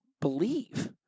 believe